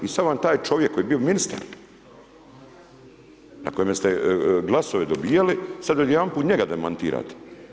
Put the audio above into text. I sada vam taj čovjek koji je bio ministar, na kojeme ste glasove dobijali sada odjedanput njega demantirate.